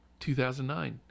2009